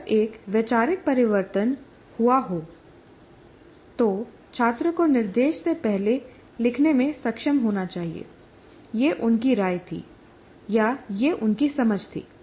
जब एक वैचारिक परिवर्तन हुआ हो तो छात्र को निर्देश से पहले लिखने में सक्षम होना चाहिए यह उनकी राय थी या यह उनकी समझ थी